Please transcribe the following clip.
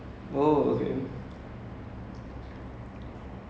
so அப்படினா:appadinaa I'll be that entire week will be ilai sapadu saapaadu